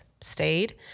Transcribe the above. stayed